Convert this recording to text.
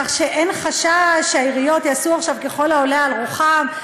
כך שאין חשש שהעיריות יעשו עכשיו ככל העולה על רוחן,